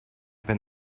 been